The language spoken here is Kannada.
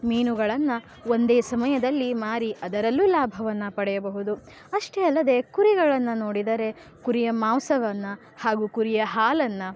ಮೀನುಗಳನ್ನು ಒಂದೇ ಸಮಯದಲ್ಲಿ ಮಾರಿ ಅದರಲ್ಲೂ ಲಾಭವನ್ನು ಪಡೆಯಬಹುದು ಅಷ್ಟೇ ಅಲ್ಲದೆ ಕುರಿಗಳನ್ನು ನೋಡಿದರೆ ಕುರಿಯ ಮಾಂಸವನ್ನು ಹಾಗೂ ಕುರಿಯ ಹಾಲನ್ನು